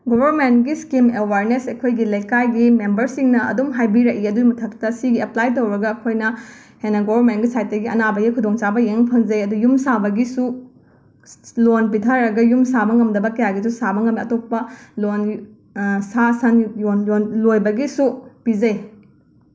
ꯒꯣꯕꯔꯃꯦꯟꯒꯤ scheme awareness ꯑꯩꯈꯣꯏꯒꯤ ꯂꯩꯀꯥꯏꯒꯤ ꯃꯦꯝꯕꯔꯁꯤꯡꯅ ꯑꯗꯨꯝ ꯍꯥꯏꯕꯤꯔꯛꯏ ꯑꯗꯨꯒꯤ ꯃꯊꯛꯇ ꯁꯤꯒꯤ ꯑꯄ꯭ꯂꯥꯏ ꯇꯧꯔꯒ ꯑꯩꯈꯣꯏꯅ ꯍꯦꯟꯅ ꯒꯣꯕꯔꯃꯦꯟꯒꯤ ꯁꯥꯏꯠꯇꯒꯤ ꯑꯅꯥꯕꯒꯤ ꯈꯨꯗꯣꯡꯆꯥꯕ ꯌꯦꯡꯕ ꯐꯪꯖꯩ ꯑꯗꯨꯒ ꯌꯨꯝ ꯁꯥꯕꯒꯤꯁꯨ ꯂꯣꯟ ꯄꯤꯊꯔꯒ ꯌꯨꯝ ꯁꯥꯕ ꯉꯝꯗꯕ ꯀꯌꯥꯒꯤꯁꯨ ꯁꯥꯕ ꯉꯝꯃꯦ ꯑꯇꯣꯞꯄ ꯂꯣꯟ ꯁꯥ ꯁꯟ ꯌꯣꯟ ꯌꯣꯟ ꯂꯣꯏꯕꯒꯤꯁꯨ ꯄꯤꯖꯩ